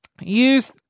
use